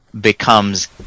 becomes